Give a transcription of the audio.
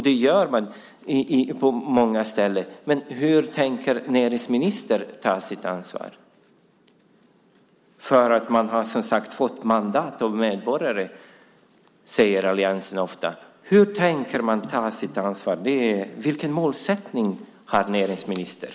Det gör man på många ställen. Men hur tänker näringsministern ta sitt ansvar? Alliansen säger ofta att medborgarna har gett regeringen ett mandat. Hur tänker regeringen ta sitt ansvar? Vilken målsättning har näringsministern?